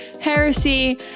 heresy